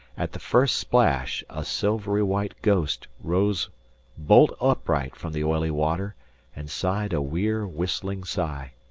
at the first splash a silvery-white ghost rose bolt upright from the oily water and sighed a weird whistling sigh.